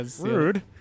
Rude